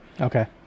okay